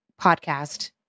podcast